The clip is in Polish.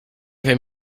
wiem